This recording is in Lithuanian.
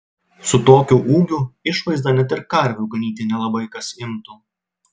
su tokiu ūgiu išvaizda net ir karvių ganyti nelabai kas imtų